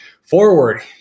forward